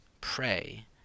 pray